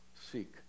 seek